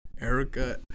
erica